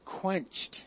quenched